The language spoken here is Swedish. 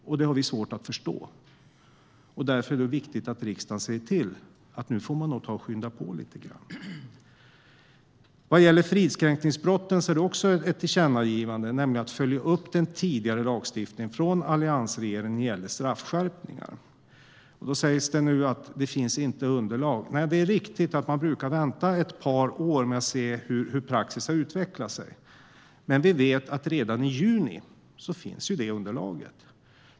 Det har vi svårt att förstå. Därför att det viktigt att riksdagen säger till att nu får man nog ta och skynda på lite grann. Vad gäller fridskränkningsbrotten är det också ett tillkännagivande, nämligen att följa upp den tidigare lagstiftningen från alliansregeringen när det gäller straffskärpningar. Då sägs det att det inte finns underlag. Nej, det är riktigt - man brukar vänta ett par år med att se hur praxis har utvecklats. Men vi vet att underlaget kommer att finnas redan i juni.